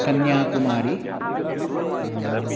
Kanyakumari